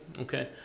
okay